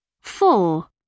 Four